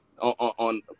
on